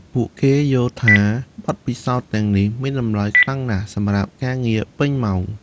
ពួកគេយល់ថាបទពិសោធន៍ទាំងនេះមានតម្លៃខ្លាំងណាស់សម្រាប់ការងារពេញម៉ោង។